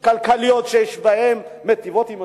כלכליות שמטיבות עם הציבור,